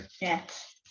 yes